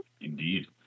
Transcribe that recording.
Indeed